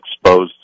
exposed